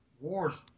War's